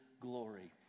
glory